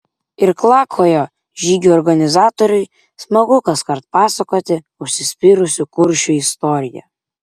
irklakojo žygių organizatoriui smagu kaskart pasakoti užsispyrusių kuršių istoriją